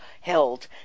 held